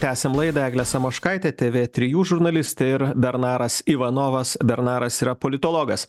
tęsiam laidą eglė samoškaitė tė vė trijų žurnalistė ir bernaras ivanovas bernaras yra politologas